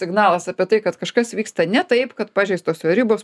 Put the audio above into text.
signalas apie tai kad kažkas vyksta ne taip kad pažeistos ribos